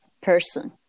person